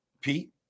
Pete